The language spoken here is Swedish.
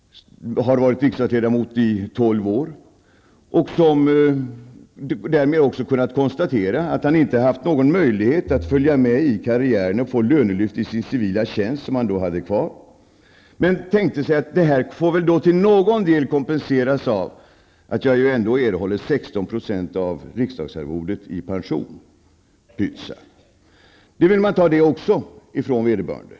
Han var riksdagsledamot i tolv år och har därmed också kunnat konstatera att han inte haft någon möjlighet att följa med i karriären och få ett lönelyft i sin civila tjänst, som han då hade kvar. Han tänkte sig att detta till någon del kompenseras av att han ändå skulle erhålla 16 % av riksdagsarvodet i pension. Pyttsan! Nu vill man också ta detta från vederbörande.